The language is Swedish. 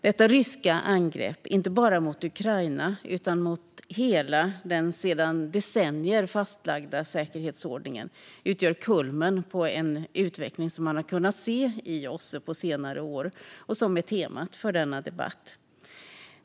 Detta ryska angrepp, inte bara mot Ukraina utan mot hela den sedan decennier fastlagda säkerhetsordningen, utgör kulmen på en utveckling som man har kunnat se i OSSE på senare år och som är temat för denna debatt.